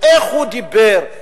איך הוא דיבר,